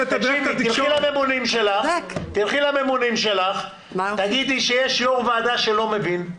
תלכי לממונים שלך, תגידי שיש יו"ר ועדה שלא מבין.